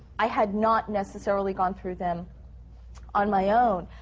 i had not necessarily gone through them on my own.